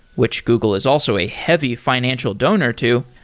which google is also a heavy financial donor to,